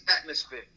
atmosphere